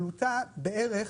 בערך